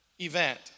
event